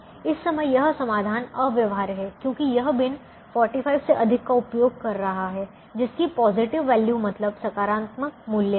तो इस समय यह समाधान अव्यवहार्य है क्योंकि यह बिन 45 से अधिक का उपयोग कर रहा है जिसकी पॉजिटिव वैल्यू मतलब सकारात्मक मूल्य है